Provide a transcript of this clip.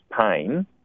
pain